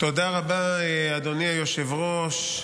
תודה רבה, אדוני היושב-ראש.